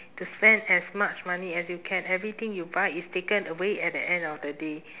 to spend as much money as you can everything you buy is taken away at the end of the day